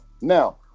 now